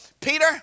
Peter